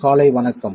காலை வணக்கம்